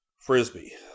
Frisbee